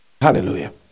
Hallelujah